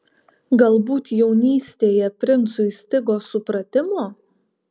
galbūt jaunystėje princui stigo supratimo